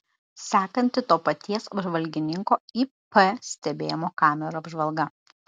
sekanti to paties apžvalgininko ip stebėjimo kamerų apžvalga